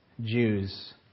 Jews